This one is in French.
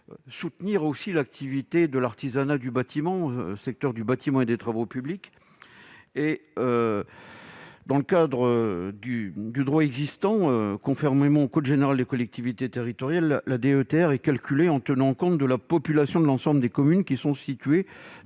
soutenir les secteurs de l'artisanat, du bâtiment et des travaux publics. Dans le cadre du droit existant, conformément au code général des collectivités territoriales, la DETR est calculée en tenant compte de la population de l'ensemble des communes qui sont situées